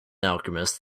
alchemist